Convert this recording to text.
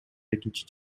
экинчи